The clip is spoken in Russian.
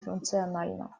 функциональна